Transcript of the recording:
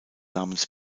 namens